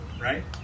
right